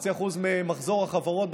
0.5% ממחזור החברות,